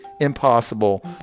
impossible